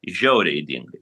žiauriai ydingai